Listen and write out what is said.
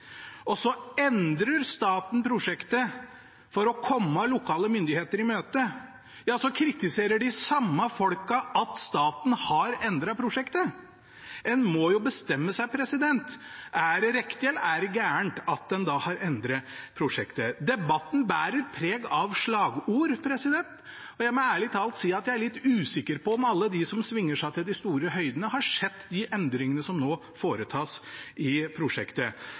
Så endrer staten prosjektet for å komme lokale myndigheter i møte. Så kritiserer de samme folkene at staten har endret prosjektet. En må bestemme seg: Er det riktig eller galt at en har endret prosjektet? Debatten bærer preg av slagord. Jeg må ærlig talt si jeg er litt usikker på om alle de som svinger seg til de store høydene, har sett de endringene som nå foretas i prosjektet.